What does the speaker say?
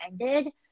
ended